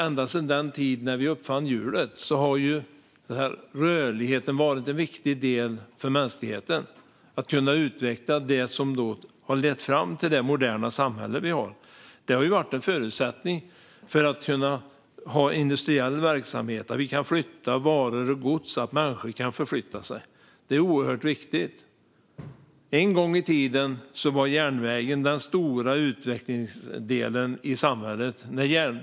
Ända sedan vi uppfann hjulet har rörligheten varit viktig för att mänskligheten ska kunna utveckla vad som har lett fram till vårt moderna samhälle. Det har varit en förutsättning för att kunna ha industriell verksamhet där vi kan flytta varor och gods så att också människor kan förflytta sig. Det är oerhört viktigt. En gång i tiden var det järnvägen som innebar den stora utvecklingen i samhället.